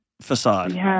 Facade